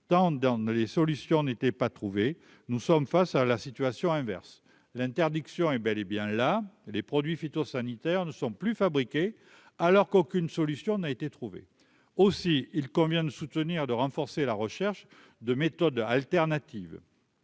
ne les solutions n'était pas trouvé, nous sommes face à la situation inverse, l'interdiction est bel et bien là et les produits phytosanitaires ne sont plus fabriqués alors qu'aucune solution n'a été trouvé aussi, il convient de soutenir, de renforcer la recherche de méthodes alternatives.